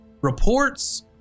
reports